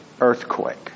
earthquake